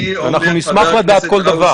אנחנו נשמח לדעת כל דבר.